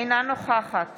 אינה נוכחת